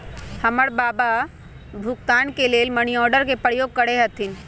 हमर बबा भुगतान के लेल मनीआर्डरे के प्रयोग करैत रहथिन